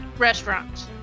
Restaurants